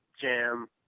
jam